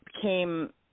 came